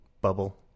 bubble